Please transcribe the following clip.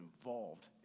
involved